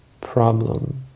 problem